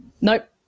Nope